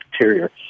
interior